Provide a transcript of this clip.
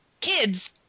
kids